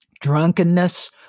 drunkenness